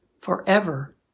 forever